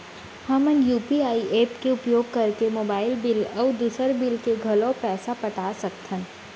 हमन UPI app के उपयोग करके मोबाइल बिल अऊ दुसर बिल के घलो पैसा पटा सकत हन